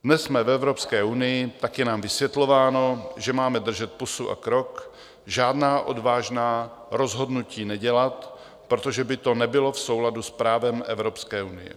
Dnes jsme v Evropské unii, tak je nám vysvětlováno, že máme držet pusu a krok, žádná odvážná rozhodnutí nedělat, protože by to nebylo v souladu s právem Evropské unie.